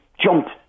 jumped